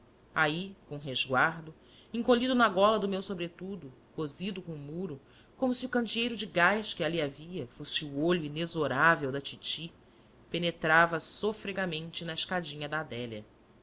aí com resguardo encolhido na gola do meu sobretudo cosido com o muro como se o candeeiro de gás que ali havia fosse olho inexorável da titi penetrava sofregamente na escadinha da adélia